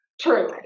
True